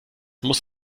muss